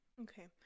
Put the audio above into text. Okay